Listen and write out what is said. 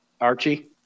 Archie